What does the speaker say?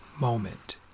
moment